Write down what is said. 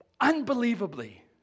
unbelievably